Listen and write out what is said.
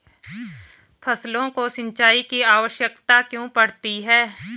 फसलों को सिंचाई की आवश्यकता क्यों पड़ती है?